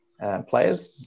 Players